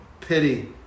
pity